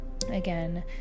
again